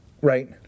Right